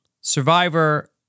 Survivor